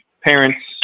parents